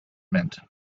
meant